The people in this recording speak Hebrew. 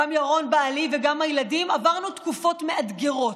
גם ירון בעלי וגם הילדים עברנו תקופות מאתגרות,